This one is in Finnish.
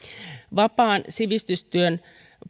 vapaan sivistystyön